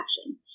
action